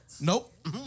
Nope